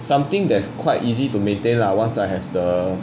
something that's quite easy to maintain lah once I have the